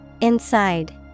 Inside